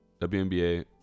WNBA